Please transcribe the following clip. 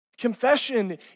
Confession